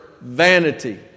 vanity